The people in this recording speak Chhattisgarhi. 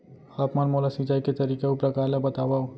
आप मन मोला सिंचाई के तरीका अऊ प्रकार ल बतावव?